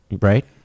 right